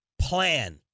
plan